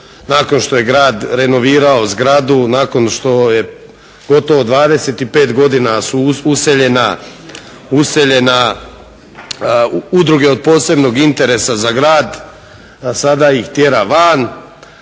nakon što je grad renovirao zgradu, nakon što je gotovo 25 godina su useljena udruge od posebnog interesa za grad, a sada ih tjera van,